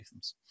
algorithms